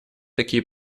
такие